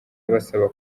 abasaba